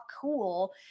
cool